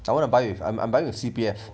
I wanna buy with I'm buying with C_P_F